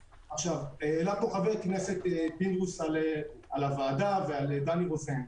העלה פה חבר הכנסת פינדרוס על הוועדה ועל דני רוזן.